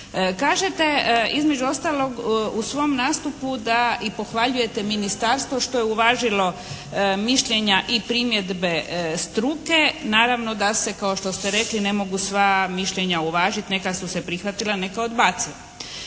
Kažete između ostalog u svom nastupu da, i pohvaljujete ministarstvo što je uvažilo mišljenja i primjedbe struke, naravno da se kao što ste rekli ne mogu sva mišljenja uvažiti, neka su se prihvatila neka odbacila.